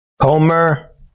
Comer